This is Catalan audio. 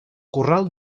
corral